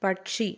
പക്ഷി